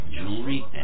jewelry